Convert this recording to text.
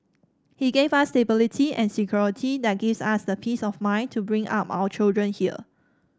he gave us stability and security that gives us the peace of mind to bring up our children here